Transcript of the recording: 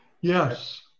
Yes